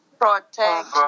Protect